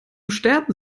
sterben